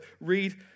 read